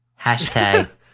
Hashtag